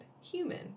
human